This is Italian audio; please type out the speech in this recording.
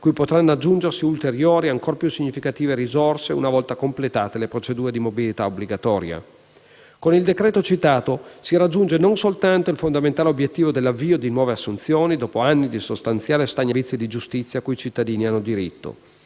cui potranno aggiungersi ulteriori, ancor più significative risorse una volta completate le procedure di mobilità obbligatoria. Con il decreto citato si raggiunge non soltanto il fondamentale obiettivo dell'avvio di nuove assunzioni, dopo anni di sostanziale stagnazione delle fonti di reclutamento concorsuale,